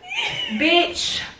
bitch